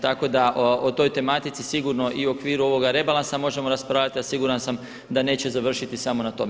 Tako da o toj tematici sigurno i u okviru ovoga rebalansa možemo raspravljati, a siguran sam da neće završiti samo na tome.